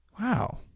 Wow